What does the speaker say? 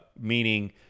meaning